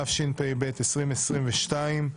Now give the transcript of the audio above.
התשפ"ב-2022,